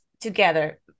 together